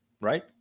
right